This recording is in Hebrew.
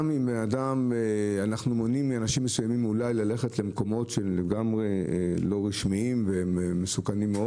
גם אם אנחנו מונעים מאנשים ללכת למקומות לא רשמיים ומסוכנים,